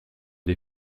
des